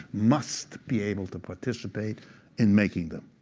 must be able to participate in making them.